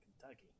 Kentucky